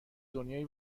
دنیای